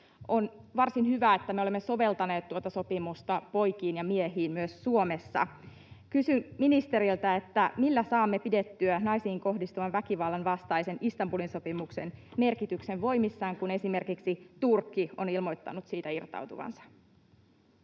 On varsin hyvä, että me olemme soveltaneet tuota sopimusta poikiin ja miehiin myös Suomessa. Kysyn ministeriltä: millä saamme pidettyä naisiin kohdistuvan väkivallan vastaisen Istanbulin sopimuksen merkityksen voimissaan, kun esimerkiksi Turkki on ilmoittanut siitä irtautuvansa?